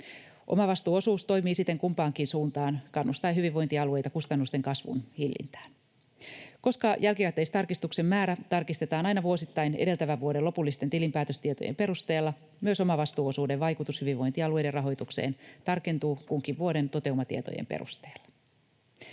Omavastuuosuus toimii siten kumpaankin suuntaan kannustaen hyvinvointialueita kustannusten kasvun hillintään. Koska jälkikäteistarkistuksen määrä tarkistetaan aina vuosittain edeltävän vuoden lopullisten tilinpäätöstietojen perusteella, myös omavastuuosuuden vaikutus hyvinvointialueiden rahoitukseen tarkentuu kunkin vuoden toteumatietojen perusteella.